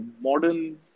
modern